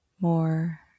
more